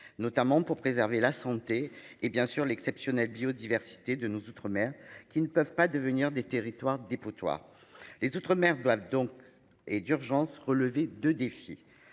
notamment pour préserver la santé et bien sûr l'exceptionnelle biodiversité de nos outre-mer qui ne peuvent pas devenir des territoires dépotoir. Les outre-mer doivent donc et d'urgence relever 2 défis